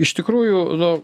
iš tikrųjų nu